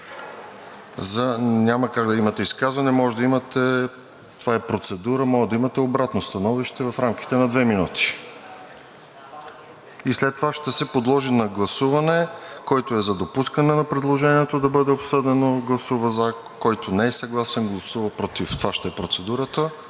Няма как да имате изказване. Това е процедура, може да имате обратно становище в рамките на две минути и след това ще се подложи на гласуване. Който е за допускане на предложението да бъде обсъдено, гласува „за“, който не е съгласен, гласува „против“. Това ще е процедурата.